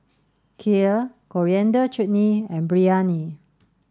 kheer Coriander Chutney and Biryani